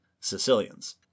Sicilians